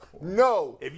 No